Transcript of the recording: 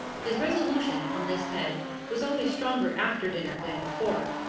his resolution on this head was always stronger after dinner than before,